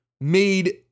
made